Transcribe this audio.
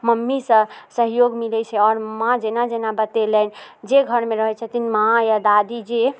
मम्मीसँ सहयोग मिलैत छै आओर माँ जेना जेना बतेलनि जे घरमे रहैत छथिन माँ या दादी जे